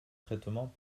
traitement